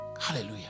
Hallelujah